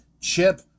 chip